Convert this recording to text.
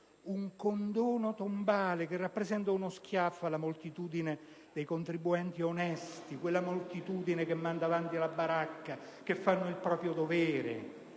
un condono tombale che rappresenta uno schiaffo alla moltitudine dei contribuenti onesti, quella moltitudine che manda avanti la baracca e fa il proprio dovere